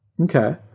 okay